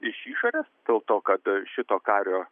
iš išorės dėl to kad šito kario